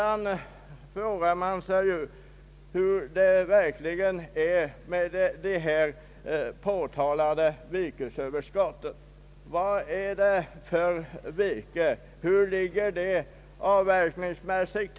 Man frågar sig hur det i verkligheten ligger till med det påtalade virkesöverskottet. Vad är det för virke, och hur ställer det sig avverkningsmässigt?